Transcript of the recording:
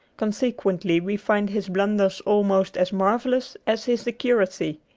consequently we find his blunders almost as marvel lous as his accuracy.